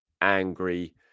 angry